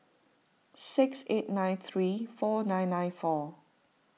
six eight nine three four nine nine four